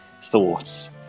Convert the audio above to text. thoughts